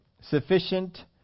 Sufficient